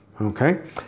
Okay